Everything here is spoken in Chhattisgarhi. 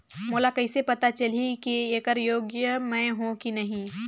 मोला कइसे पता चलही की येकर योग्य मैं हों की नहीं?